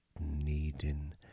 needing